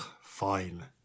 fine